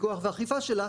הפיקוח והאכיפה שלה.